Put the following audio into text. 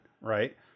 right